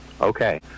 Okay